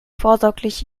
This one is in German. vorsorglich